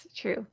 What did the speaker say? true